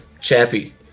Chappie